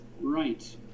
Right